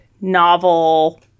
novel